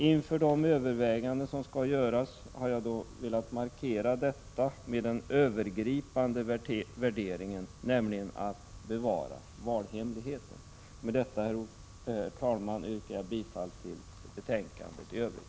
Inför de överväganden som skall göras har jag velat markera den övergripande värderingen — nämligen behovet av att bevara valhemligheten. Herr talman! Mot bakgrund av detta yrkar jag bifall till utskottets hemställan i övrigt.